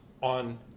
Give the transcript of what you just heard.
on